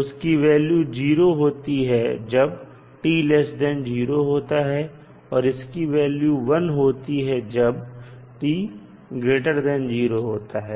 इसकी वैल्यू 0 होती है जब t 0 होता है और इसकी वैल्यू 1 होती है जब t0 होता है